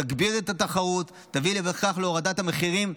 תגביר את התחרות ותביא בכך להורדת המחירים,